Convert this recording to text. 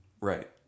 Right